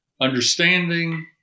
understanding